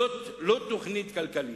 זאת לא תוכנית כלכלית.